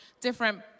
different